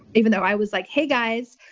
even though i was like, hey guys,